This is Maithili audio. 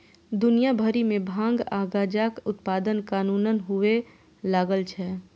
दुनिया भरि मे भांग आ गांजाक उत्पादन कानूनन हुअय लागल छै